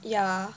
ya